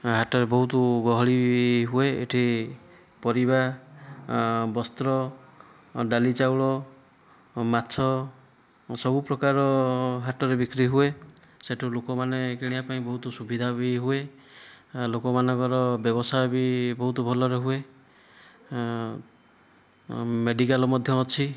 ହାଟରେ ବହୁତ ଗହଳି ବି ହୁଏ ଏଠି ପରିବା ବସ୍ତ୍ର ଡାଲି ଚାଉଳ ମାଛ ସବୁ ପ୍ରକାର ହାଟରେ ବିକ୍ରି ହୁଏ ସେଠୁ ଲୋକମାନେ କିଣିବା ପାଇଁ ବହୁତ ସୁବିଧା ବି ହୁଏ ଲୋକମାନଙ୍କର ବ୍ୟବସାୟ ବି ବହୁତ ଭଲ ଭାବରେ ହୁଏ ମେଡ଼ିକାଲ ମଧ୍ୟ ଅଛି